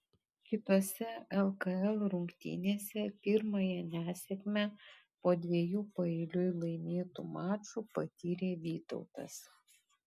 kitose lkl rungtynėse pirmąją nesėkmę po dviejų paeiliui laimėtų mačų patyrė vytautas